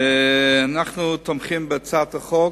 אנחנו תומכים בהצעת החוק,